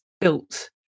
built